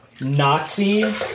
Nazi